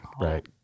right